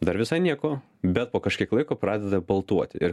dar visai nieko bet po kažkiek laiko pradeda baltuoti ir